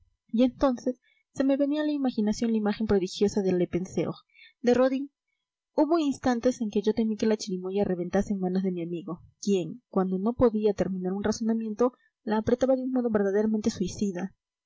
y entonces se me venía a la imaginación la imagen prodigiosa de le penseur de rodin hubo instantes en que yo temí que la chirimoya reventase en manos de mi amigo quien cuando no podía terminar un razonamiento la apretaba de un modo verdaderamente suicida